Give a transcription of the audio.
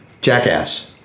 jackass